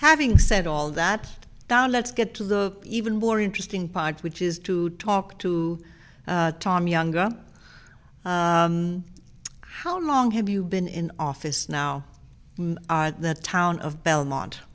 having said all that now let's get to the even more interesting part which is to talk to tom younger how long have you been in office now the town of belmont